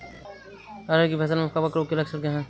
अरहर की फसल में कवक रोग के लक्षण क्या है?